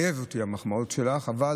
המחמאות שלך מחייבות אותי.